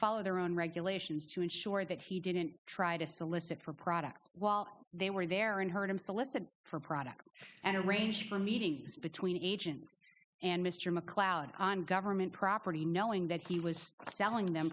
follow their own regulations to ensure that he didn't try to solicit for products while they were there and heard him solicit for products and arrange for meetings between agents and mr macleod on government property knowing that he was selling them